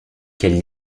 qu’elle